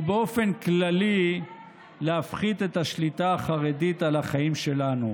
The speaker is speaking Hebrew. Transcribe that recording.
ובאופן כללי להפחית את השליטה החרדית על החיים שלנו.